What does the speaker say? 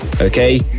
Okay